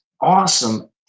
awesome